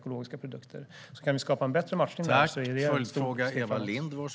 Kan vi skapa en bättre matchning är det bra.